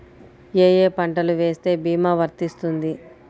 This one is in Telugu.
ఏ ఏ పంటలు వేస్తే భీమా వర్తిస్తుంది?